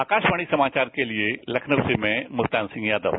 आकाशवाणी समाचार के लिए लखनऊ से मैं मुल्तान सिंह यादव